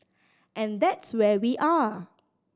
and that's where we are